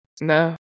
No